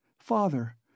Father